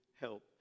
help